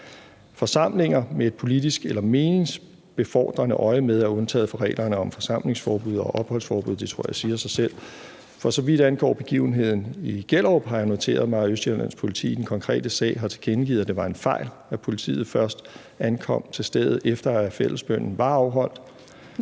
Forsamlinger med et politisk eller andet meningsbefordrende øjemed er undtaget fra reglerne om forsamlingsforbud og opholdsforbud; det tror jeg siger sig selv. For så vidt angår begivenheden i Gellerup, har jeg noteret mig, at Østjyllands Politi i den konkrete sag har tilkendegivet, at det var en fejl, at politiet først ankom til stedet, efter at fredagsbønnen var afholdt.